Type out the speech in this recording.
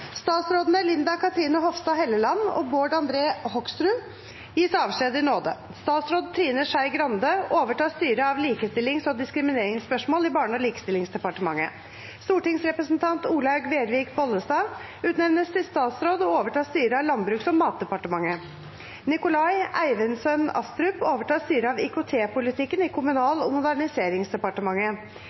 Statsrådene Linda Cathrine Hofstad Helleland og Bård André Hoksrud gis avskjed i nåde. Statsråd Trine Skei Grande overtar styret av likestillings- og diskrimineringsspørsmål i Barne- og likestillingsdepartementet. Stortingsrepresentant Olaug Vervik Bollestad utnevnes til statsråd og overtar styret av Landbruks- og matdepartementet. Nikolai Eivindssøn Astrup overtar styret av IKT-politikken i Kommunal- og moderniseringsdepartementet.